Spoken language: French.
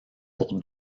pour